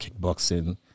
kickboxing